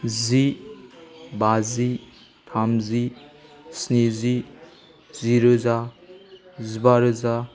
जि बाजि थामजि स्निजि जिरोजा जिबारोजा